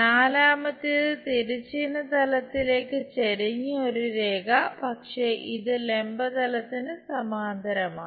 നാലാമത്തേത് തിരശ്ചീന തലത്തിലേക്ക് ചെരിഞ്ഞ ഒരു രേഖ പക്ഷേ ഇത് ലംബ തലത്തിന് സമാന്തരമാണ്